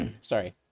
sorry